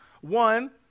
One